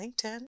LinkedIn